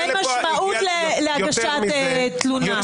אין משמעות להגשת תלונה.